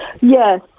Yes